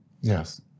Yes